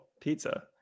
Pizza